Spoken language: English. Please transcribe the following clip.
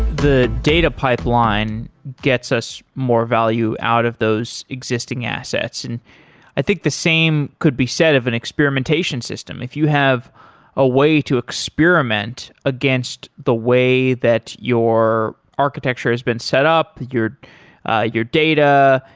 the data pipeline gets us more value out of those existing assets, and i think the same could be said of an experimentation system. if you have a way to experiment against the way that your architecture has been set, your ah your data,